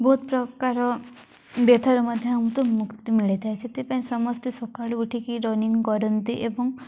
ବହୁତ ପ୍ରକାର ବ୍ୟଥାରୁ ମଧ୍ୟ ଆମକୁ ମୁକ୍ତି ମିଳିଥାଏ ସେଥିପାଇଁ ସମସ୍ତେ ସକାଳୁ ଉଠିକି ରନିଙ୍ଗ କରନ୍ତି ଏବଂ